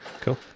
cool